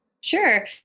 Sure